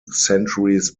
centuries